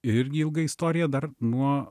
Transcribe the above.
irgi ilga istorija dar nuo